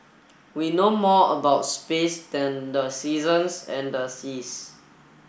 we know more about space than the seasons and the seas